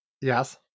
Yes